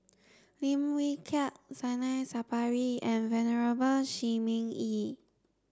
Lim Wee Kiak Zainal Sapari and Venerable Shi Ming Yi